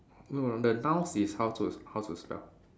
no the nouns is how to how to spell